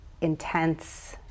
intense